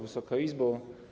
Wysoka Izbo!